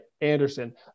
Anderson